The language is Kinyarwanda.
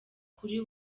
kuri